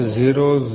0